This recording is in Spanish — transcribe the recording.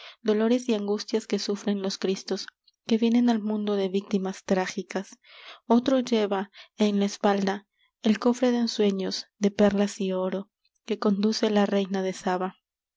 dolores y angustias que sufren los cristos que vienen al mundo de víctimas trágicas otro lleva en la espalda el cofre de ensueños de perlas y oro que conduce la reina de saba